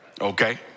Okay